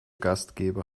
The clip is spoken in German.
gastgeber